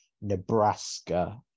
Nebraska